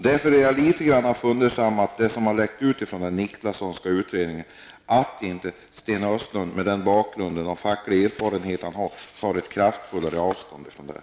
Därför är jag litet fundersam över att Sten Östlund med sin bakgrund och fackliga erfarenhet inte kraftfullare tar avstånd från det som har läckt ut från den Nicklassonska utredningen.